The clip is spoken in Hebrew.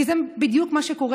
כי זה בדיוק מה שקורה.